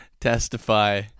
testify